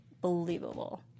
believable